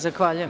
Zahvaljujem.